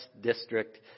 District